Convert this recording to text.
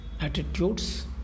attitudes